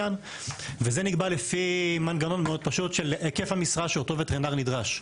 וזה נקבע לפי מנגנון פשוט מאוד של היקף המשרה שאותו וטרינר נדרש לה.